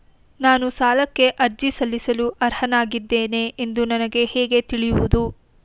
ನಾನು ಸಾಲಕ್ಕೆ ಅರ್ಜಿ ಸಲ್ಲಿಸಲು ಅರ್ಹನಾಗಿದ್ದೇನೆ ಎಂದು ನನಗೆ ಹೇಗೆ ತಿಳಿಯುವುದು?